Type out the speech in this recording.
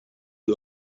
you